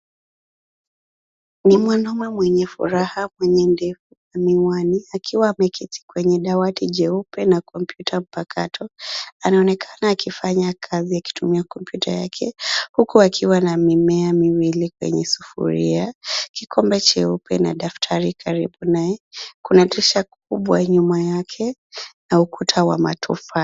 Ni mwanaume mwenye furaha , mwenye ndevu na miwani akiwa ameketi kwenye dawati jeupe na kompyuta mpakato. Anaonekana akifanya kazi akitumia kompyuta yake, huku akiwa na mimea miwili kwenye sufuria na kikombe cheupe na daftari karibu naye. Kuna dirisha kubwa nyuma yake na ukuta wa matofali.